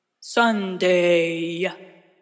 Sunday